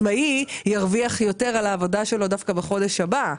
שעצמאי ירוויח יותר על העבודה שלו דווקא בחודש הבא.